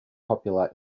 popular